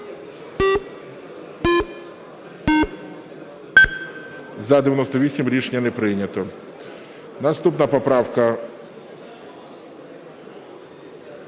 За-58 Рішення не прийнято. Наступна правка